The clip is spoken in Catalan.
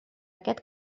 aquest